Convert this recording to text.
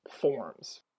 forms